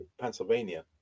Pennsylvania